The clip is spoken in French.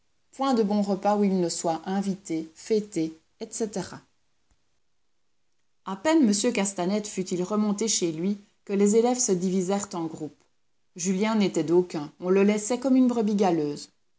point de bon repas où il ne soit invité fêté etc a peine m castanède fut-il remonté chez lui que les élèves se divisèrent en groupes julien n'était d'aucun on le laissait comme une brebis galeuse